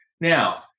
Now